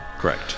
correct